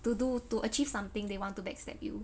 to do to achieve something they want to backstab you